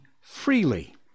freely